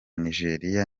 nigeria